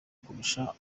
kurusha